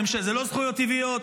אילו לא זכויות טבעיות,